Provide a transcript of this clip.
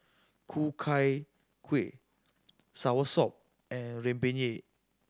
Ku Chai Kuih soursop and rempeyek